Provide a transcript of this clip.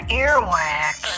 earwax